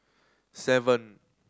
seven